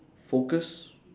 focus